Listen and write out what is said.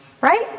right